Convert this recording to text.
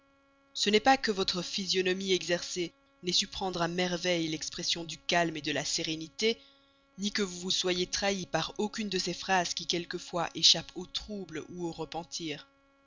ce n'est pas que votre physionomie exercée n'ait su prendre à merveille l'expression du calme de la sérénité ni que vous vous soyez trahie par aucune de ces phrases qui quelquefois échappent au trouble ou au repentir